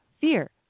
fear